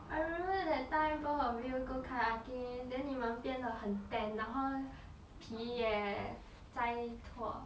I remember that time both of you go kayaking then 你们变得很 tan 然后皮也在脱